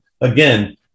again